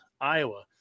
Iowa